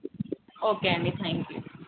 okay అండి thank you